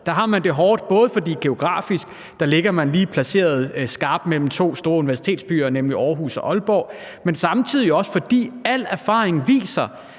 Der har man det hårdt, både fordi man geografisk ligger placeret skarpt mellem to store universitetsbyer, nemlig Aarhus og Aalborg, men samtidig også fordi al erfaring viser,